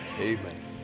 Amen